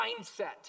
mindset